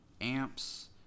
amps